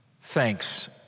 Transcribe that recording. Thanks